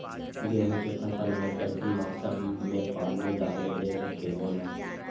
गेहूं के फसल में कइसन मौसम में पानी डालें देबे के होला?